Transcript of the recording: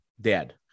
dead